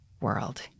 world